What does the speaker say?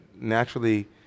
naturally